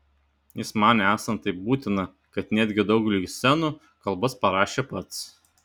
jis manė esant taip būtina kad netgi daugeliui scenų kalbas parašė pats